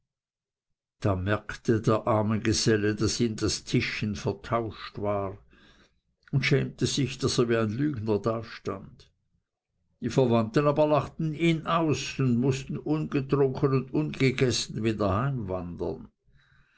da merkte der arme geselle daß ihm das tischchen vertauscht war und schämte sich daß er wie ein lügner dastand die verwandten aber lachten ihn aus und mußten ungetrunken und ungegessen wieder